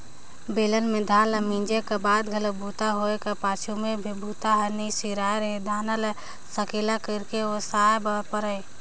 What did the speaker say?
बेलन म धान ल मिंजे कर बाद घलोक बूता होए कर पाछू में भी बूता हर नइ सिरात रहें दाना ल सकेला करके ओसाय बर परय